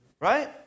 Right